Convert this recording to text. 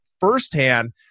firsthand